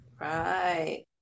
Right